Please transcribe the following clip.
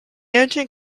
engine